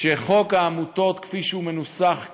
שחוק העמותות, כפי שהוא מנוסח כרגע,